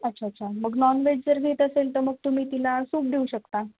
अच्छा अच्छा मग नॉनव्हेज जर घेत असेल तर मग तुम्ही तिला सूप देऊ शकता